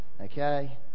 Okay